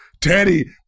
Teddy